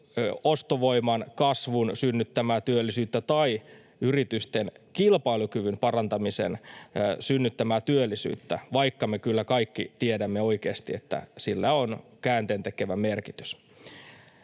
ostovoiman kasvun synnyttämää työllisyyttä tai yritysten kilpailukyvyn parantamisen synnyttämää työllisyyttä, vaikka me kaikki kyllä tiedämme oikeasti, että niillä on käänteentekevä merkitys.